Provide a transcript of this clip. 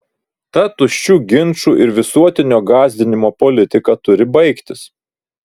ta tuščių ginčų ir visuotinio gąsdinimo politika turi baigtis